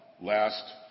Last